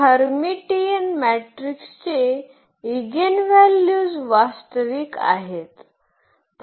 तर हर्मीटियन मॅट्रिक्सचे ईगेनव्हॅल्यूज वास्तविक आहेत